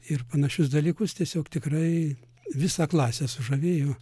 ir panašius dalykus tiesiog tikrai visą klasę sužavėjo